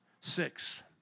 six